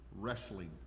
wrestling